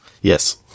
Yes